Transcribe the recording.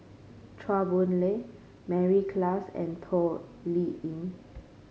Chua Boon Lay Mary Klass and Toh Liying